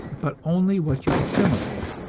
but only what you assimilate,